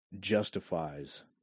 justifies